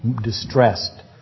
distressed